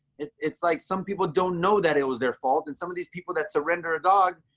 it's it's like some people don't know that it was their fault. and some of these people that surrender a dog,